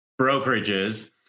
brokerages